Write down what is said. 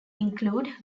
include